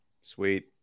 Sweet